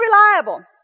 Unreliable